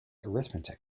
arithmetic